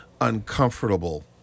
uncomfortable